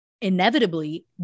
inevitably